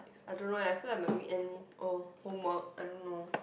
I don't know eh I feel like my weekend oh homework I don't know